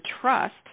trust